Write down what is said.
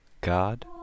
God